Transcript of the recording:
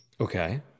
Okay